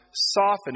Soften